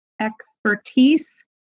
expertise